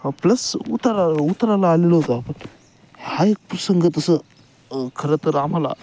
plus उतार उतराला आलेलो होतं आपण हा एक प्रसंग तसं खरं तर आम्हाला